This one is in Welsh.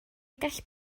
gall